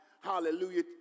hallelujah